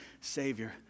Savior